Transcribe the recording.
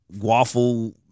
waffle